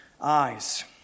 eyes